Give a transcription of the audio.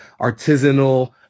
artisanal